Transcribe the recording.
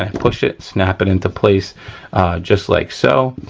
um pushed it, snap it into place just like so.